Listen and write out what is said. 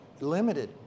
limited